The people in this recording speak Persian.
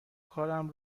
کارم